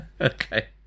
okay